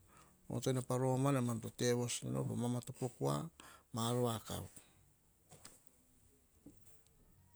Onoto en pa romama e mam to tevos ne noma pa vamatopo kua, ma ar vakav.